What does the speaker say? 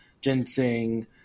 ginseng